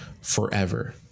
forever